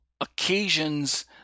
occasions